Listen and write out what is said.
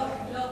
לא.